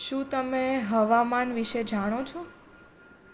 શું તમે હવામાન વિષે જાણો છો